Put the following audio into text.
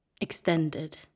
extended